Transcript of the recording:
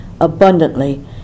abundantly